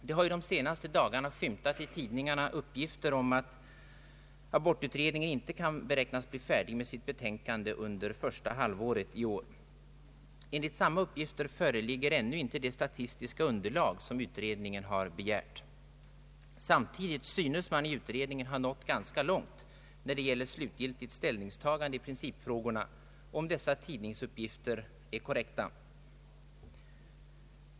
Under de senaste dagarna har det i tidningarna skymtat uppgifter om att abortutredningen inte kan beräknas bli färdig med sitt betänkande under första halvåret i år. Enligt samma uppgifter föreligger ännu inte det statistiska underlag som utredningen har begärt. Samtidigt synes man i utredningen ha nått ganska långt när det gäller slutgiltigt ställningstagande i principfrågorna, om dessa tidningsuppgifter är korrekta.